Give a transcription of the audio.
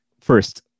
first